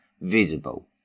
visible